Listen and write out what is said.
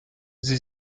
sie